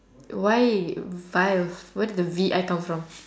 why vilf where do the V I come from